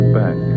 back